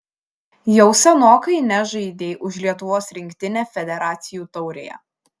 jau senokai nežaidei už lietuvos rinktinę federacijų taurėje